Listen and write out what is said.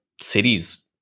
cities